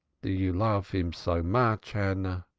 do you love him so much, hannah?